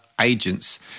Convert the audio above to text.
agents